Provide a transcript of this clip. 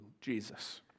Jesus